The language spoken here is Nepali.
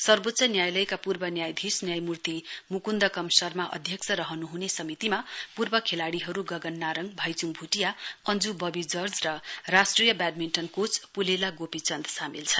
सर्वोच्च न्यायालयको पूर्व न्यायाधीश न्यायमूर्ति मुकुन्दकम शर्मा अध्यक्ष रहनुहुने समितिमा पूर्व खेलाड़ीहरु गगन नारङ्ग भाइचुङ भुटिया अञ्जु ववी जर्ज र राष्ट्रिय व्याडमिण्टन कोच पुलेला गोपीचन्द सामेल छन्